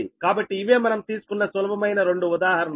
కాబట్టి ఇవే మనం తీసుకున్న సులభమైన రెండు ఉదాహరణలు